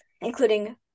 including